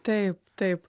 taip taip